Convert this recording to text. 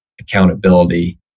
accountability